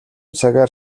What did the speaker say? цагаар